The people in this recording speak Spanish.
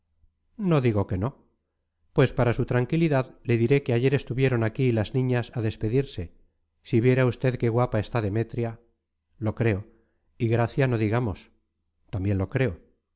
no digo que no pues para su tranquilidad le diré que ayer estuvieron aquí las niñas a despedirse si viera usted qué guapa está demetria lo creo y gracia no digamos también lo creo